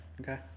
Okay